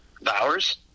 Bowers